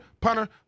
punter